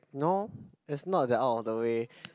no it's not that out of the way